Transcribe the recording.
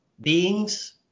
beings